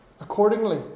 accordingly